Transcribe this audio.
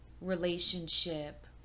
relationship